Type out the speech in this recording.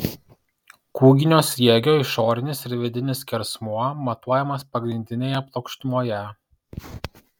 kūginio sriegio išorinis ir vidinis skersmuo matuojamas pagrindinėje plokštumoje